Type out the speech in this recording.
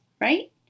right